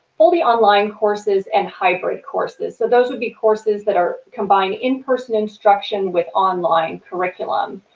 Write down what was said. fully online courses, and hybrid courses, so those would be courses that are combined in person instruction with online curriculum.